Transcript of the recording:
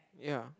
yea